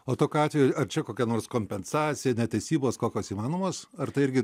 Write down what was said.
o tokiu atveju ar čia kokia nors kompensacija netesybos kokios įmanomos ar tai irgi